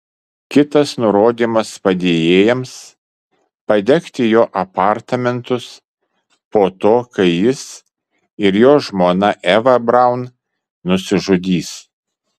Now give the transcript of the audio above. kitas nurodymas padėjėjams padegti jo apartamentus po to kai jis ir jo žmona eva braun nusižudys